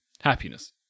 Happiness